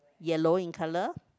yellow in colour